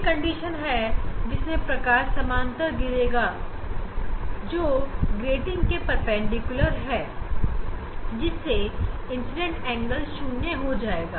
दूसरी कंडीशन है जिसमें प्रकाश समानांतर गिरे गा जो ग्रेटिंग के परपेंडिकुलर होगा जिससे इंसीडेंट एंगल शून्य हो जाएगा